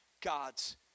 God's